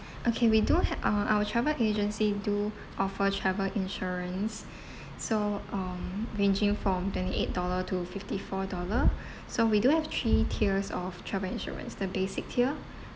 okay we do ha~ uh our travel agency do offer travel insurance so um ranging from twenty eight dollar two fifty four dollar so we do have three tiers of travel insurance the basic tier